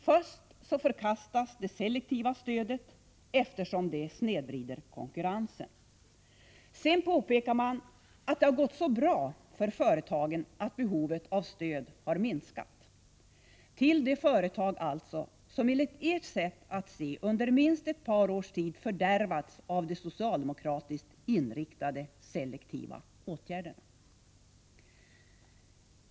Först förkastas det selektiva stödet, eftersom det snedvrider konkurrensen. Sedan påpekar man att det har gått så bra för företagen att behovet av stöd har minskat till de företag alltså, som enligt ert sätt att se under minst ett par års tid fördärvats av de socialdemokratiskt inriktade selektiva åtgärderna.